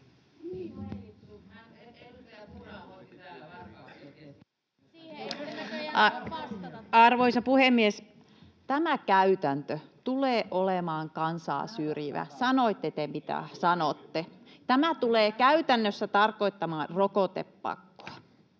Arvoisa puhemies! Tämä käytäntö tulee olemaan kansaa syrjivä, sanotte te, mitä sanotte. Tämä tulee käytännössä tarkoittamaan rokotepakkoa.